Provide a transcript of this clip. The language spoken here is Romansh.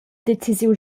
decisiun